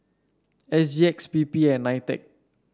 S G X P P and Nitec